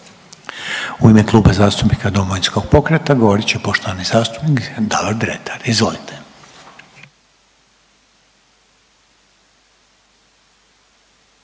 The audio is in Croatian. U ime Kluba zastupnika Domovinskog pokreta govorit će poštovani zastupnik Davor Dretar, izvolite.